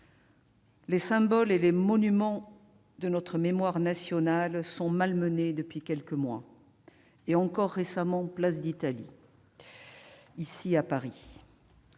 Les symboles et les monuments de notre mémoire nationale sont malmenés depuis quelques mois ; ils l'ont été récemment encore, place d'Italie, ici, à Paris.